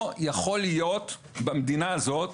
לא יכול להיות במדינה הזאת